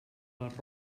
les